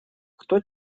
кто